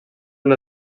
una